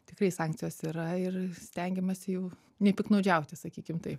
tikrai sankcijos yra ir stengiamasi jau nepiktnaudžiauti sakykim taip